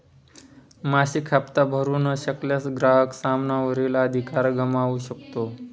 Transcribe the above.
मासिक हप्ता भरू न शकल्यास, ग्राहक सामाना वरील अधिकार गमावू शकतो